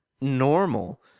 normal